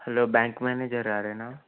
hello bank manager గారేనా